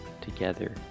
together